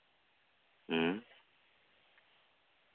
ᱦᱮᱸ